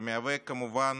שמהווה, כמובן,